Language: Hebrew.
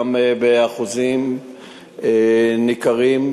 באחוזים ניכרים,